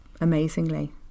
amazingly